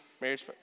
marriage